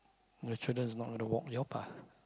your children's not gonna walk your path